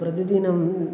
प्रतिदिनम्